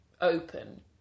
open